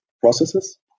processes